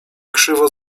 krzywo